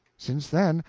since then,